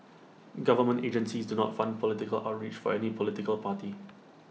government agencies do not fund political outreach for any political party